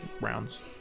rounds